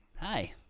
Hi